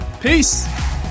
peace